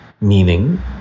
Meaning